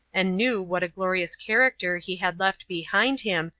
and knew what a glorious character he had left behind him,